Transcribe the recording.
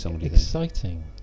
Exciting